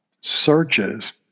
searches